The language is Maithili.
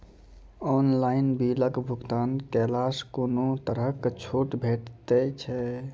ऑनलाइन बिलक भुगतान केलासॅ कुनू तरहक छूट भेटै छै?